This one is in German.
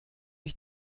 ich